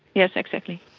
yes, exactly.